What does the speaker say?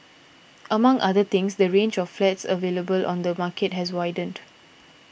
among other things the range of flats available on the market has widened